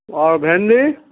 অঁ ভেন্দি